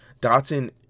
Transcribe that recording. Dotson